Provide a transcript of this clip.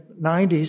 90s